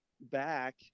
back